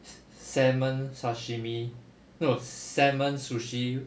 s~ salmon sashimi no salmon sushi